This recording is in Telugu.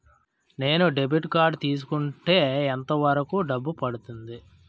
నేను డెబిట్ కార్డ్ తీసుకుంటే ఎంత వరకు డబ్బు పడుతుంది?